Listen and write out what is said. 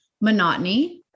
monotony